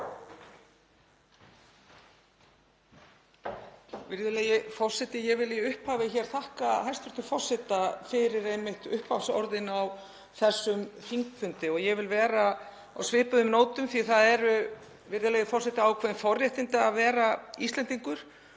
Virðulegi forseti. Ég vil í upphafi þakka hæstv. forseta fyrir einmitt upphafsorðin á þessum þingfundi. Ég vil vera á svipuðum nótum því það eru, virðulegi forseti, ákveðin forréttindi að vera Íslendingur